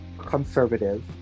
Conservative